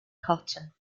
cotton